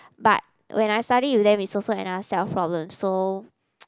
but when I study with them it's also another self problem so